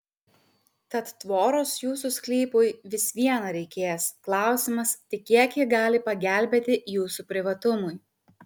tad tvoros jūsų sklypui vis viena reikės klausimas tik kiek ji gali pagelbėti jūsų privatumui